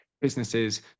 businesses